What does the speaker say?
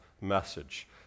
message